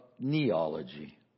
neology